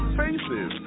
faces